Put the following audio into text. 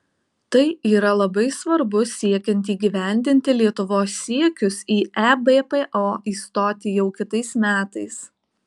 tai yra labai svarbu siekiant įgyvendinti lietuvos siekius į ebpo įstoti jau kitais metais